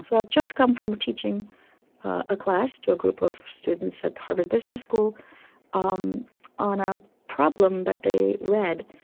so i've just come from teaching a class to a group of students at harvard business school um on on a problem that they read.